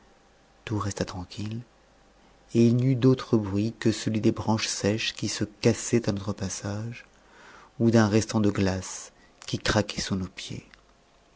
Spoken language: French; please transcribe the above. tout resta tranquille et il n'y eut d'autre bruit que celui des branches sèches qui se cassaient à notre passage ou d'un restant de glace qui craquait sous nos pieds